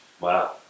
Wow